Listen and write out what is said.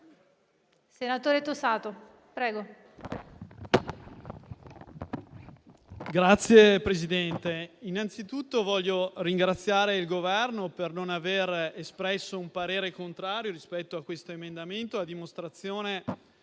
TOSATO *(LSP-PSd'Az)*. Signor Presidente, innanzitutto voglio ringraziare il Governo per non aver espresso un parere contrario rispetto a questo emendamento, a dimostrazione